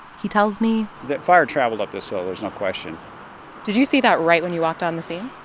he tells me. that fire traveled up this hill. there's no question did you see that right when you walked on the scene?